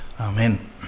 Amen